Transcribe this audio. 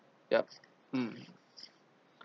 yup hmm